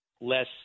less